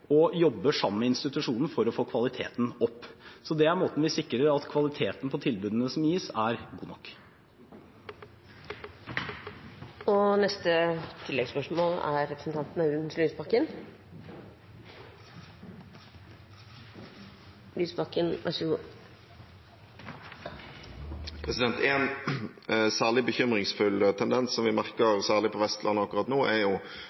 og jobber sammen med institusjonen for å få kvaliteten opp. Det er måten vi sikrer at kvaliteten på tilbudene som gis, er god nok. Audun Lysbakken – til oppfølgingsspørsmål. En særlig bekymringsfull tendens som vi merker særlig på Vestlandet akkurat nå, er